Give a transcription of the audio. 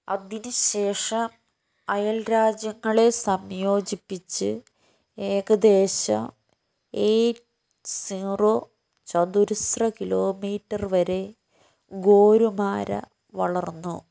അതിനുശേഷം അയൽരാജ്യങ്ങളെ സംയോജിപ്പിച്ച് ഏകദേശം എയ്റ്റ് സീറോ ചതുരശ്ര കിലോമീറ്റർ വരെ ഗോരുമാര വളർന്നു